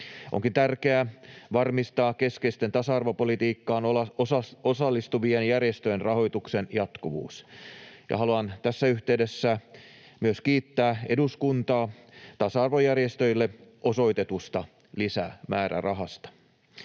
Onkin tärkeää varmistaa keskeisten tasa-arvopolitiikkaan osallistuvien järjestöjen rahoituksen jatkuvuus, ja haluan tässä yhteydessä myös kiittää eduskuntaa tasa-arvojärjestöille osoitetusta lisämäärärahasta.